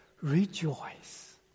rejoice